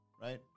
right